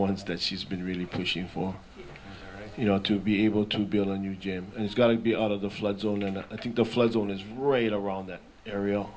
ones that she's been really pushing for you know to be able to build a new gym and it's got to be out of the flood zone and i think the flood zone is right around that area